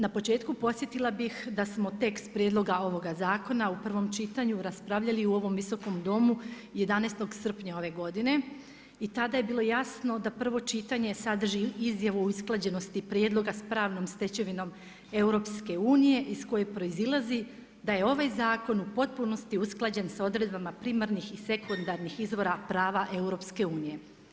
Na početku podsjetila bih da smo tek s prijedloga ovoga zakona u prvom čitanju raspravljali u ovom Viskom domu 11. srpnja ove godine i tada je bilo jasno da prvo čitanje sadrži izjavu usklađenosti prijedloga s pravnom stečevinom EU, iz koje proizlazi da ovaj zakon u potpunosti usklađen s odredbama primarnih i sekundarnih prava EU.